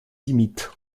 imitent